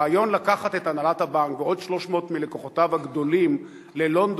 הרעיון לקחת את הנהלת הבנק ועוד 300 מלקוחותיו הגדולים ללונדון,